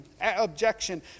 objection